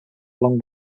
along